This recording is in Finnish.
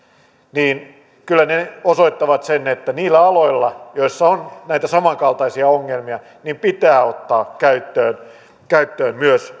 niin kyllä ne ne osoittavat sen että niillä aloilla joilla on näitä samankaltaisia ongelmia pitää ottaa käyttöön käyttöön myös